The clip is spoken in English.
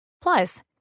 Plus